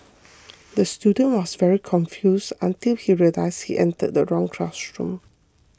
the student was very confused until he realised he entered the wrong classroom